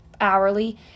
hourly